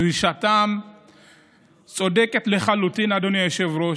דרישתם צודקת לחלוטין, אדוני היושב-ראש,